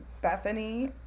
Bethany